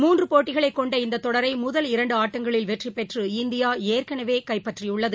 முன்று போட்டிகளைக் கொண்ட இந்த தொடரை முதல் இரண்டு ஆட்டங்களில் வெற்றிபெற்று இந்தியா ஏற்கனவே கைப்பற்றியுள்ளது